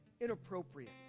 inappropriate